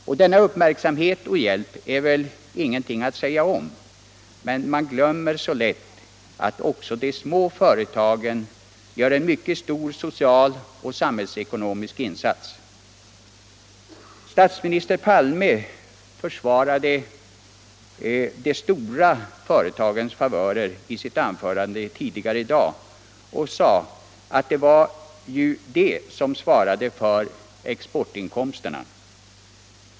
Och denna uppmärksamhet och hjälp är det väl ingenting att säga om, men man glömmer så lätt att också de små företagen gör en mycket stor social och samhällsekonomisk insats. Statsminister Palme försvarade i sitt anförande tidigare i dag de stora företagens favörer och sade att det är ju dessa som svarar för exportinkomsterna.